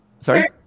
Sorry